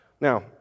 Now